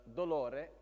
dolore